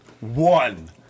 One